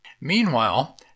Meanwhile